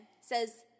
says